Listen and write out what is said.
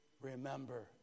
remember